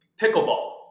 Pickleball